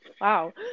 Wow